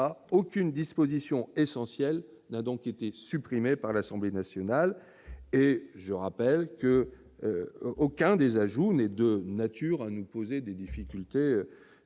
aucune disposition essentielle n'a été supprimée par l'Assemblée nationale ; je rappelle en outre qu'aucun des ajouts n'est de nature à nous poser des difficultés